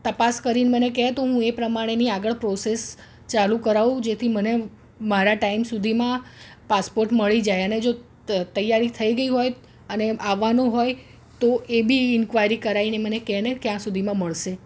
તપાસ કરીને મને કહે તો હું એ પ્રમાણેની આગળ પ્રોસેસ ચાલું કરાવું જેથી મને મારા ટાઈમ સુધીમાં પાસપોટ મળી જાય અને જો ત તૈયારી થઈ ગઈ હોય અને આવવાનું હોય તો એ બી ઇન્કવાયરી કરાવીને મને કહે ને ક્યાં સુધીમાં મળશે